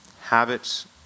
habits